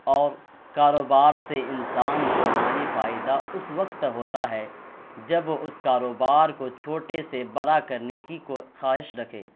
اور کاروبار سے انسان کو مالی فائدہ اس وقت ہوتا ہے جب اس کاروبار کو چھوٹے سے بڑا کرنے کی خواہش رکھے